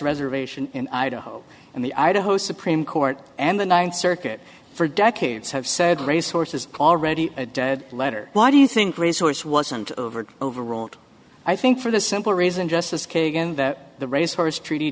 reservation in idaho and the idaho supreme court and the ninth circuit for decades have said resource is already a dead letter why do you think resource wasn't overruled i think for the simple reason justice kagan that the resource treaty